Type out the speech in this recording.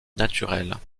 naturels